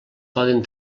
poden